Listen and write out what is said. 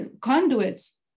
conduits